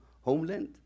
homeland